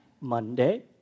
Monday